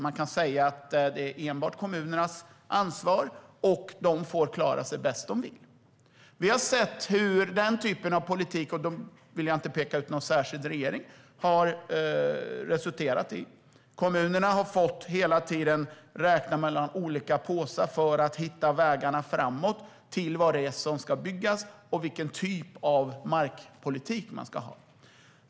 Man kan säga att det enbart är kommunernas ansvar och att de får klara sig bäst de vill. Vi har sett hur den typen av politik - här vill jag inte peka ut någon särskild regering - har resultaterat i att kommunerna hela tiden fått räkna med olika påsar för att hitta vägar till vad som ska byggas och vilken typ av markpolitik de ska ha.